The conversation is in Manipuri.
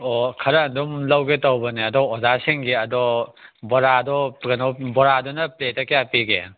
ꯑꯣ ꯈꯔ ꯑꯗꯨꯝ ꯂꯧꯒꯦ ꯇꯧꯕꯅꯦ ꯑꯗꯣ ꯑꯣꯖꯥꯁꯤꯡꯒꯤ ꯑꯗꯣ ꯕꯣꯔꯥꯗꯣ ꯀꯩꯅꯣ ꯕꯣꯔꯥꯗꯨꯅ ꯄ꯭ꯂꯦꯠꯇ ꯀꯌꯥ ꯄꯤꯒꯦ